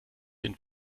den